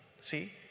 See